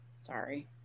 sorry